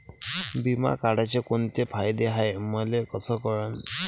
बिमा काढाचे कोंते फायदे हाय मले कस कळन?